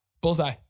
Bullseye